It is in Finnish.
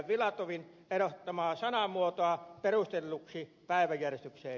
filatovin ehdottamaa sanamuotoa perustelluksi päiväjärjestykseen